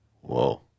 Whoa